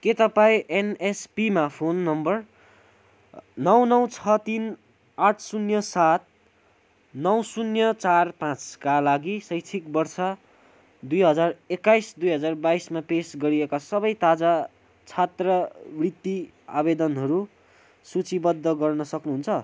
के तपाईँँ एनएसपीमा फोन नम्बर नौ नौ छ तिन आठ शून्य सात नौ शून्य चार पाँच का लागि शैक्षिक वर्ष दुई हजार एक्काइस दुई हजार बाइसमा पेस गरिएका सबै ताजा छात्रवृत्ति आवेदनहरू सूचीबद्ध गर्न सक्नुहुन्छ